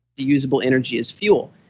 the usable energy as fuel.